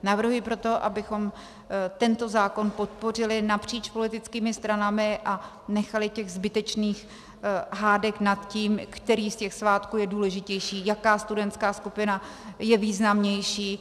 Navrhuji proto, abychom tento zákon podpořili napříč politickými stranami a nechali těch zbytečných hádek nad tím, který z těch svátků je důležitější, jaká studentská skupina je významnější.